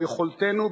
ביכולתנו,